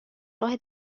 راه